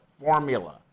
formula